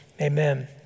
amen